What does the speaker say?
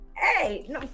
Hey